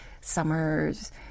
summer's